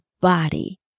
body